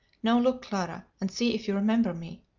now look, clara, and see if you remember me.